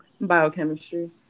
biochemistry